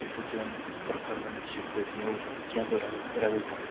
یۄس یہِ چٲنۍ پٔرفارمنس چھِ پٔتۍ میٚو کیٚنٛژو ریٚتو ریٚتو پیٚٹھ